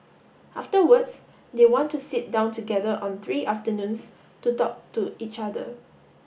afterwards they want to sit down together on three afternoons to talk to each other